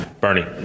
Bernie